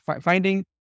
finding